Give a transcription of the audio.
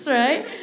right